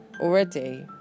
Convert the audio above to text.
Already